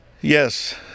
Yes